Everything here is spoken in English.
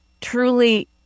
truly